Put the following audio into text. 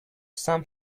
some